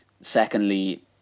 secondly